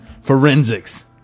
Forensics